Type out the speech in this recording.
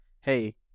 hey